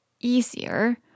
easier